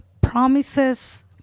promises